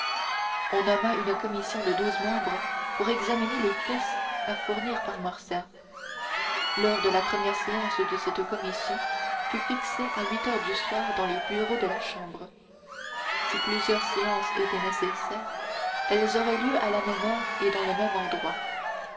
on nomma une commission de douze membres pour examiner les pièces à fournir par morcerf l'heure de la première séance de cette commission fut fixée à huit heures du soir dans les bureaux de la chambre si plusieurs séances étaient nécessaires elles auraient lieu à la même heure et dans le même endroit